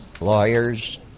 lawyers